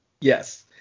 Yes